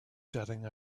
jetting